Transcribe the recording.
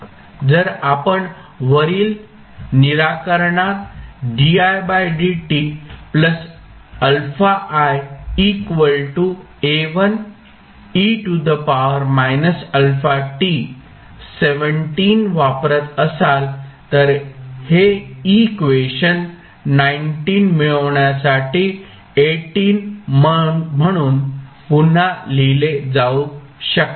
जर आपण वरील निराकरणात वापरत असाल तर हे इक्वेशन मिळावण्यासाठी म्हणून पुन्हा लिहिले जाऊ शकते